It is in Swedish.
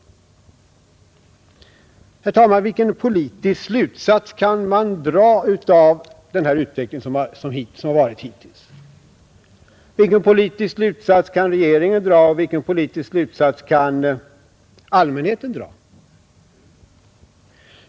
Herr talman! Vilken politisk slutsats kan man dra av den hittillsvarande utvecklingen? Vilken politisk slutsats kan regeringen dra och vilken politisk slutsats kan allmänheten dra?